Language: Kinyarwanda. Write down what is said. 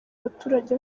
abaturage